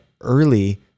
early